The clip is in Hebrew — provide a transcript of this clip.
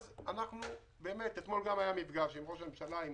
גם אתמול היה מפגש עם ראש הממשלה ועם